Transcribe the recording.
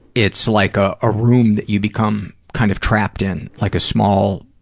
it's like ah a room that you become kind of trapped in, like a small,